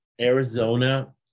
Arizona